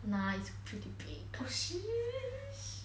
nah it's pretty okay